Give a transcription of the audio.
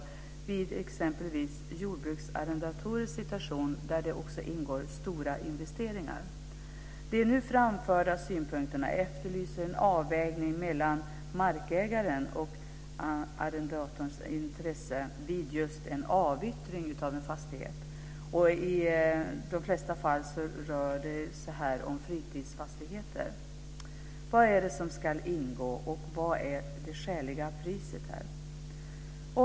Det gäller exempelvis situationen för jordbruksarrendatorerna där det också ingår stora investeringar. Med de nu framförda synpunkterna efterlyser jag en avvägning mellan markägarens och arrendatorns intresse vid just en avyttring av en fastighet. I de flesta fall rör det sig om fritidsfastigheter. Vad är det som ska ingå i fastighetsköpet, och vad är det skäliga priset?